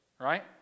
right